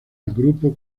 grupo